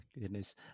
goodness